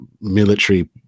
military